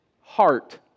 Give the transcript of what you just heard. heart